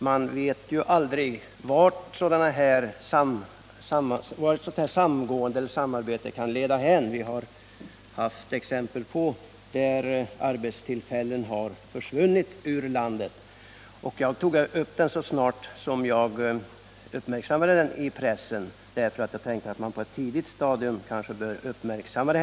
Man vet ju aldrig vart ett sådant här samarbete kan leda hän — vi har haft exempel på att arbetstillfällen har försvunnit ur landet — och så snart jag läste om det i pressen tog jag därför upp saken; jag tänkte att man kanske på ett tidigt stadium borde uppmärksamma den.